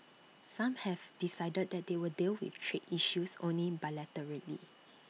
some have decided that they will deal with trade issues only bilaterally